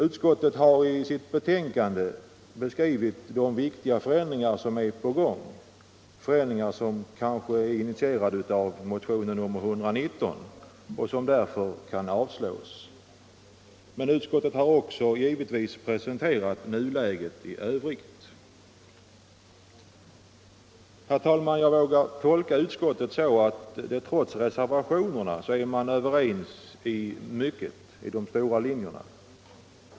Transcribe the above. Utskottet har i sitt betänkande beskrivit de viktiga förändringar som är på gång — förändringar som kanske är initierade av motionen 119, vilken därför nu kan avslås — men givetvis också presenterat nuläget i Övrigt. Herr talman! Jag vågar tolka utskottet så, trots reservationerna, att man är överens i de stora linjerna.